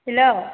hello